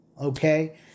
okay